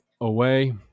away